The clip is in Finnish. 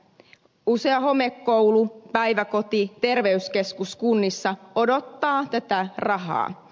usea homekoulu päiväkoti terveyskeskus kunnissa odottaa tätä rahaa